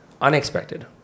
unexpected